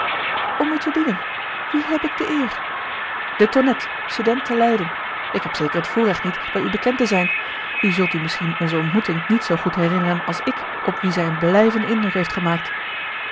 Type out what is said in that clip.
om u te dienen wie heb ik de eer de tonnette student te leiden ik heb zeker het voorregt niet bij u bekend te zijn u zult u misschien onze ontmoeting niet zoo goed herinneren als ik op wien zij een blijvenden indruk heeft gemaakt